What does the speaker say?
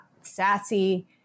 sassy